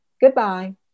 goodbye